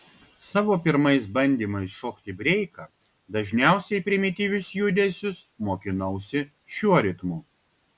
savo pirmais bandymais šokti breiką dažniausiai primityvius judesius mokinausi šiuo ritmu